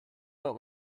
what